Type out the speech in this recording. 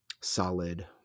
solid